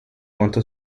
quanto